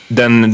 den